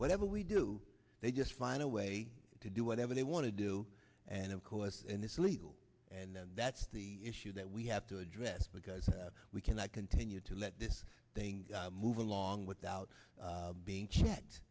whatever we do they just find a way to do whatever they want to do and of course and it's legal and that's the issue that we have to address because we cannot continue to let this thing move along without being checked